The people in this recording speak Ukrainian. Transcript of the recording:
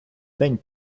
день